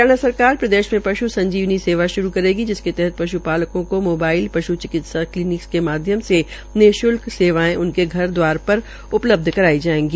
हरियाणा सरकार प्रदेश में पश् संजीवनी सेवा श्रू करेगी जिसके तहत पश्पालकों को मोबाइल पश् चिकित्सा क्लीनिक के माध्यम से निश्ल्क सेवायें उनके घर द्वार पर उपलब्ध कराई जायेंगी